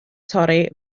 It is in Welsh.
torri